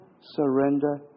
surrender